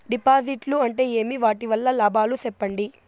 డిపాజిట్లు అంటే ఏమి? వాటి వల్ల లాభాలు సెప్పండి?